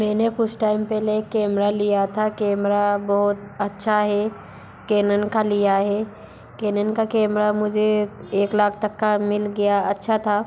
मैंने कुछ टैम पहले एक केमेरा लिया था केमेरा बहुत अच्छा है केनन का लिया है केनन का केमेरा मुझे एक लाख तक का मिल गया अच्छा था